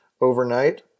overnight